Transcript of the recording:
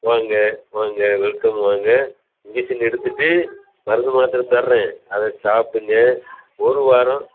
வாங்க வாங்க வெல்கம் வாங்க இன்ஜெக்ஷன் எடுத்துகிட்டு மருந்து மாத்திரை தர்றேன் அதை சாப்பிடுங்க ஒரு வாரம்